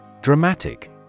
Dramatic